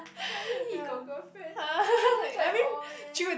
suddenly he got girlfriend then you are just like orh man